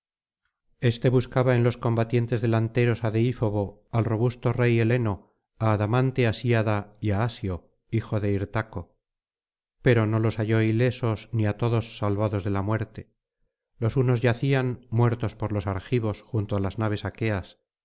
éste buscaba en los combatientes delanteros á deífobo al robusto rey heleno á adamante asíada y á asió hijo de hirtaco pero no los halló ilesos ni á todos salvados de la muerte los unos yacían muertos por los argivos junto á las naves aqueas